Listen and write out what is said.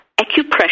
acupressure